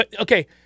okay